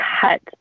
cut